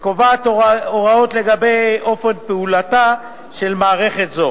וקובעת הוראות לגבי אופן פעולתה של מערכת זו